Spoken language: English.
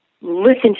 listen